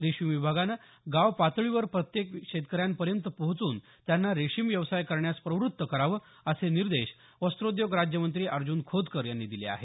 रेशीम विभागानं गाव पातळीवर प्रत्येक शेतकऱ्यांपर्यंत पोहचून त्यांना रेशीम व्यवसाय करण्यास प्रवृत्त करावं असे निर्देश वस्त्रोद्योग राज्यमंत्री अर्जुन खोतकर यांनी दिले आहेत